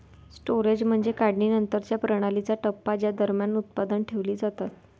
storage म्हणजे काढणीनंतरच्या प्रणालीचा टप्पा ज्या दरम्यान उत्पादने ठेवली जातात